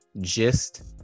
gist